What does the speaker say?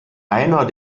einer